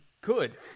good